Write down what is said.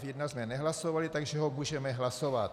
a F1 jsme nehlasovali, takže ho můžeme hlasovat.